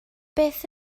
beth